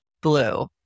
blue